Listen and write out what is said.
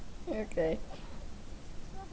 okay